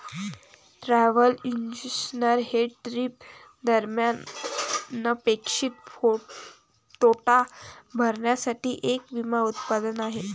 travel insurance हे trip दरम्यान अनपेक्षित तोटा भरण्यासाठी एक विमा उत्पादन आहे